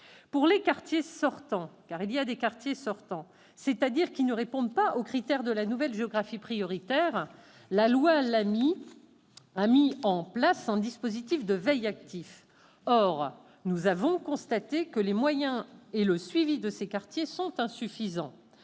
place d'outils spécifiques. Pour les quartiers sortants, c'est-à-dire ceux qui ne répondent pas aux critères de la nouvelle géographie prioritaire, la loi Lamy a mis en place un dispositif de veille active. Or nous avons constaté que les moyens et le suivi de ces quartiers sont insuffisants.